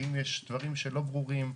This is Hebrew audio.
אם יש דברים שלא ברורים,